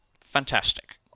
Fantastic